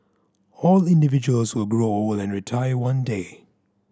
all individuals will grow old and retire one day